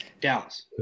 Dallas